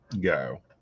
go